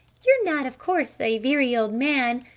you're not of course a very old man.